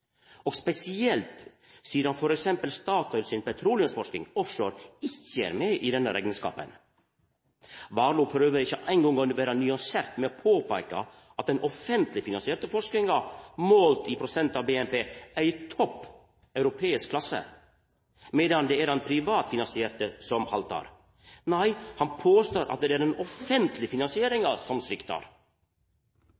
og spesielt sidan f.eks. Statoil si petroleumsforsking, offshore, ikkje er med i den rekneskapen. Warloe prøver ikkje eingong å vera nyansert ved å påpeika at den offentleg finansierte forskinga, målt i prosent av BNP, er i europeisk toppklasse – medan det er den privatfinansierte som haltar. Nei, han påstår at det er den